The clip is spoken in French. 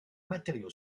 matériau